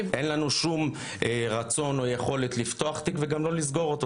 אין לנו שום רצון או יכולת לפתוח תיק וגם לא לסגור אותו.